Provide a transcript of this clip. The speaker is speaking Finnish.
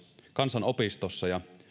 kansanopistossa ja